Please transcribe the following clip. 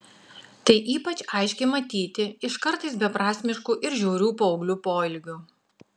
tai ypač aiškiai matyti iš kartais beprasmiškų ir žiaurių paauglių poelgių